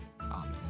Amen